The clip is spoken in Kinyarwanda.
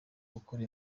gukora